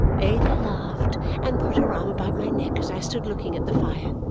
ada laughed and put her arm about my neck as i stood looking at the fire,